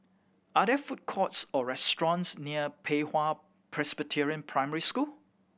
are there food courts or restaurants near Pei Hwa Presbyterian Primary School